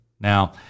Now